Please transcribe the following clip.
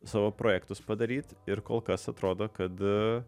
savo projektus padaryt ir kol kas atrodo kad